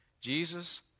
Jesus